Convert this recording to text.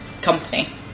company